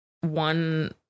one